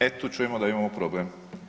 E tu čujemo da imamo problem.